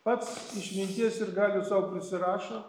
pats išminties ir galių sau prisirašo